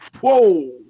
Whoa